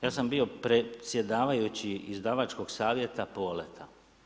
Ja sam bio predsjedavajući izdavačkog savjeta Poleta.